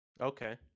okay